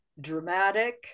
dramatic